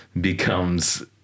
becomes